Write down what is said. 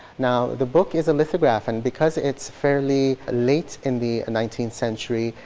now the book is a lithograph and because it's fairly late in the nineteenth century,